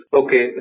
okay